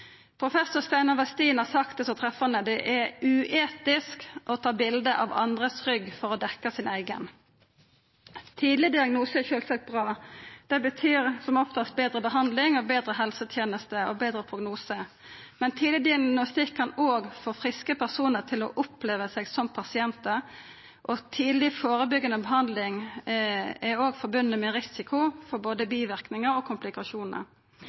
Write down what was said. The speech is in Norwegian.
Professor Steinar Westin har sagt det så treffande: «Det er uetisk å ta bilder av andres rygg for å dekke sin egen». Tidleg diagnose er sjølvsagt bra. Det betyr som oftast betre behandling, betre helseteneste og betre prognose. Men tidleg diagnostikk kan òg få friske personar til å oppfatta seg som pasientar, og tidleg førebyggjande behandling er òg forbunde med risiko for både biverknader og komplikasjonar.